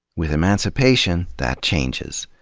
with emancipation, that changes.